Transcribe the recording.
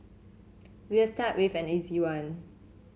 we'll start with an easy one